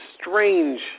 strange